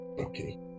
Okay